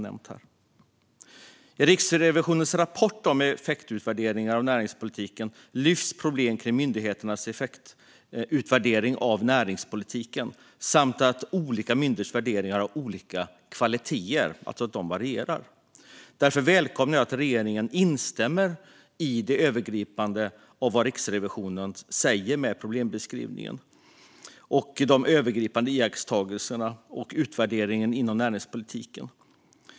I Riksrevisionens rapport om effektutvärderingar av näringspolitiken lyfts problem kring myndigheternas effektutvärdering av näringspolitiken och att olika myndigheters utvärderingar har olika kvaliteter. De varierar alltså. Därför välkomnar jag att regeringen instämmer i det övergripande i Riksrevisionens problembeskrivning och de övergripande iakttagelserna och utvärderingen inom näringspolitiken.